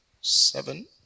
seven